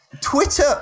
Twitter